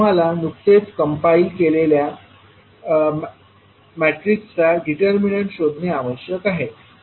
तुम्हाला नुकतेच कम्पाइल केलेल्या मॅट्रिक्सचा डिटर्मिनंन्ट शोधणे आवश्यक आहे